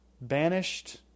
banished